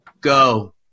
Go